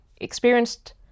experienced